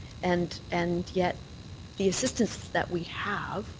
and and yet the assisstance that we have